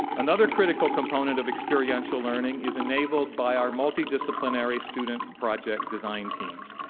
another critical component of experiential learning is enabled by our multidisciplinary student project design teams.